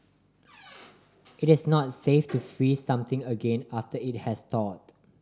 it is not safe to freeze something again after it has thawed